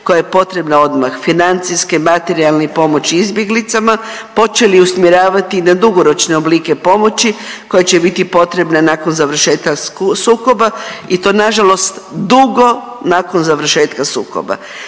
koja je potrebna odmah financijske, materijalne pomoći izbjeglicama počeli usmjeravati na dugoročne oblike pomoći koja će biti potrebna nakon završetka sukoba i to na žalost dugo nakon završetka sukoba.